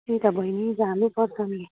त्यही त बहिनी जानुपर्छ नि